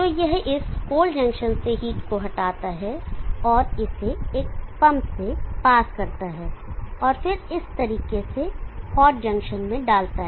तो यह इस कोल्ड जंक्शन से हीट को हटाता है और इसे एक पंप से पास करता है और फिर इस तरीके से हॉट जंक्शन में डालता है